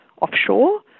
offshore